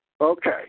Okay